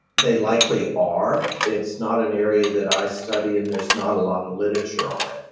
they likely are. it's not an area that i study and there's not a lot of literature on it.